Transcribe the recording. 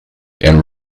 and